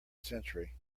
century